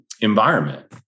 environment